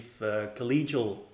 collegial